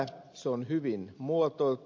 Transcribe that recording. se on hyvin muotoiltu